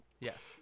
yes